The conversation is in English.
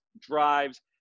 drives